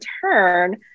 turn